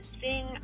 sing